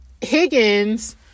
Higgins